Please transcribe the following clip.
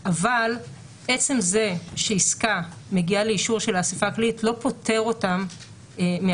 אבל עצם זה שעסקה מגיעה לאישור של האספה הכללית לא פוטר אותם מאחריות.